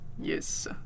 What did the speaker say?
Yes